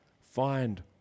find